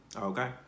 okay